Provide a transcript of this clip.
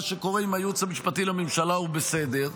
שקורה עם הייעוץ המשפטי לממשלה הוא בסדר,